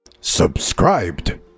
Subscribed